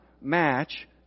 match